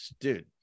dude